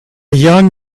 young